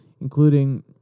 including